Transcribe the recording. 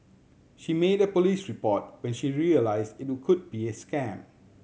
she made a police report when she realised it could be a scam